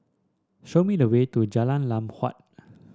show me the way to Jalan Lam Huat